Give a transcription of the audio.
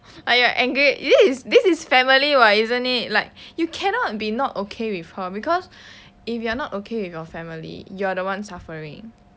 like you are angry this is this is family [what] isn't it like you cannot be not okay with her because if you are not okay with your family you are the one suffering